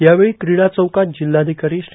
यावेळी क्रीडा चौकात जिल्हाधिकारी श्री